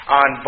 on